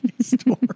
store